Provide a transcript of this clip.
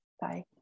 Bye